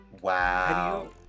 Wow